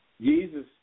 Jesus